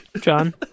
John